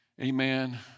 amen